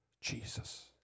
Jesus